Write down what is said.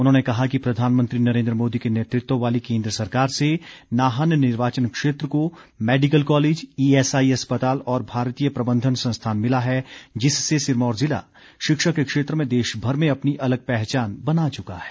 उन्होंने कहा कि प्रधानमंत्री नरेंद्र मोदी के नेतृत्व वाली केंद्र सरकार से नाहन निर्वाचन क्षेत्र को मैडिकल कॉलेज ईएसआई अस्पताल और भारतीय प्रबंधन संस्थान मिला है जिससे सिरमौर ज़िला शिक्षा के क्षेत्र में देशभर में अपनी अलग पहचान बना चुका है